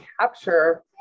capture